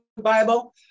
Bible